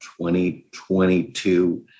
2022